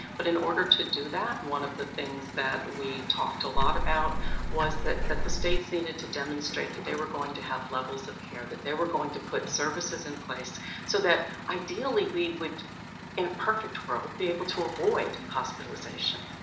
but in order to do that, one of the things that we talked a lot about was that that the states needed to demonstrate that they were going to have levels of care, which they were going to put services in place so that ideally we would in a perfect world be able to avoid hospitalization.